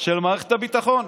של מערכת הביטחון.